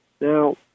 Now